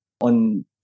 on